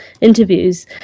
interviews